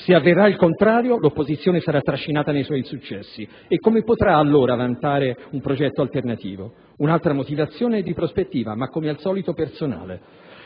Se avverrà il contrario, l'opposizione sarà trascinata nei suoi insuccessi. E come potrà allora vantare un progetto alternativo? Un'altra motivazione è di prospettiva, ma come al solito personale.